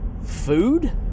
food